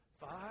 five